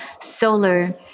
solar